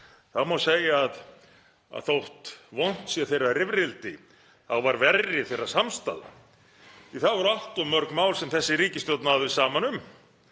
þá má segja að þótt vont sé þeirra rifrildi var verri þeirra samstaða því það voru allt of mörg mál sem þessi ríkisstjórn náði saman um